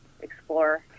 explore